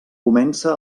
comença